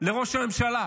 לראש הממשלה,